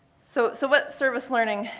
so so what service learning,